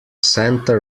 santa